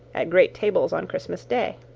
at great tables on christmas day.